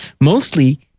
mostly